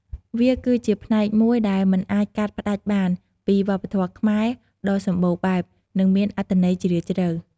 វាគឺជាផ្នែកមួយដែលមិនអាចកាត់ផ្តាច់បានពីវប្បធម៌ខ្មែរដ៏សម្បូរបែប និងមានអត្ថន័យជ្រាលជ្រៅ។